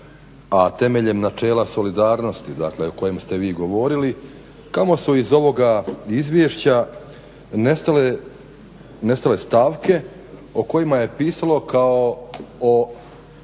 a temeljem načela solidarnosti o kojem ste vi govorili, kamo su iz ovog izvješća nestale stavke o kojima je pisalo i koje